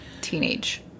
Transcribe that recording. teenage